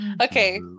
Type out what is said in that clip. okay